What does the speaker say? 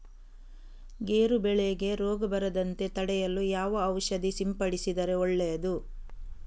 ಗೇರು ಬೆಳೆಗೆ ರೋಗ ಬರದಂತೆ ತಡೆಯಲು ಯಾವ ಔಷಧಿ ಸಿಂಪಡಿಸಿದರೆ ಒಳ್ಳೆಯದು?